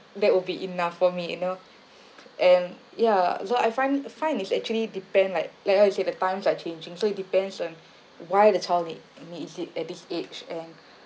that would be enough for me you know and ya so I find find it's actually depend like like how you say the times are changing so it depends on why the child need needs it at this age and